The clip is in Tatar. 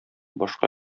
башка